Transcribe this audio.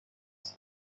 کسی